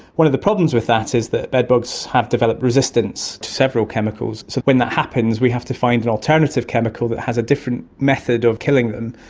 one of the problems with that is that bedbugs have developed resistance to several chemicals, so when that happens we have to find an alternative chemical that has a different method of killing them.